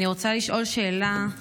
אני רוצה לשאול שאלה.